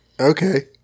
Okay